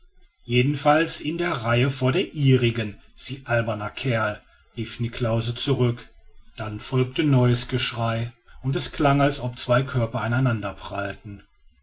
jedenfalls in der reihe vor der ihrigen sie alberner kerl rief niklausse zurück dann folgte neues geschrei und es klang als ob zwei körper an einander prallten